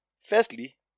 firstly